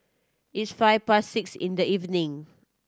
its five past six in the evening